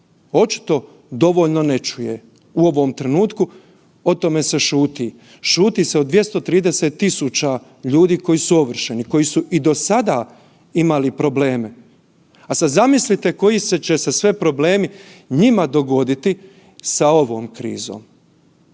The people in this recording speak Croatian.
očito dovoljno ne čuje u ovom trenutku o tome se šuti. Šuti se o 230.000 ljudi koji su ovršeni, koji su i do sada imali probleme, a sada zamislite koji će se sve problemi njima dogoditi sa ovom krizom.